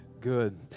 good